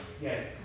Yes